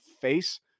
face